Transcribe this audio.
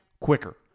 quicker